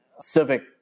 civic